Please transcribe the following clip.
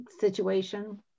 situation